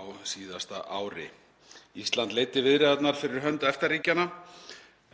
á síðasta ári. Ísland leiddi viðræðurnar fyrir hönd EFTA-ríkjanna